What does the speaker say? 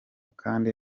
kandi